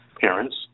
parents